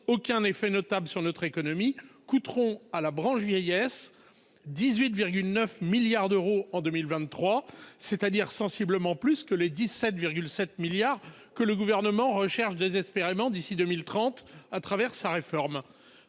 aucun effet notable sur notre économie coûteront à la branche vieillesse 18 9 milliards d'euros en 2023, c'est-à-dire sensiblement plus que les 17, 7 milliards que le gouvernement recherche désespérément d'ici 2030 à travers sa réforme.